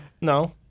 No